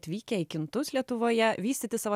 atvykę į kintus lietuvoje vystyti savo